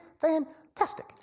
fantastic